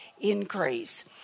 increase